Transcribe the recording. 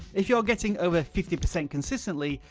if you're getting over fifty percent consistently,